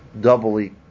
doubly